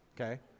okay